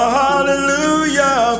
hallelujah